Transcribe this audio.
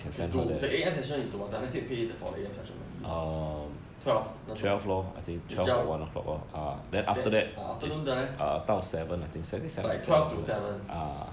K to the A_M session is to what time let's say you pay the for A_M session [one] twelve 那种比较 the~ ah afternoon 的 leh but it's twelve to seven